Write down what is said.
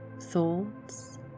thoughts